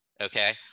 Okay